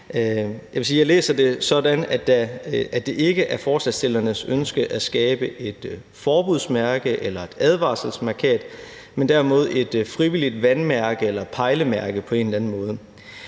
jeg læser det sådan, at det ikke er forslagsstillernes ønske at skabe et forbudsmærke eller et advarselsmærkat, men derimod et frivilligt vandmærke eller pejlemærke på en eller anden måde.